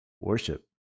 worship